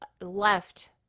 left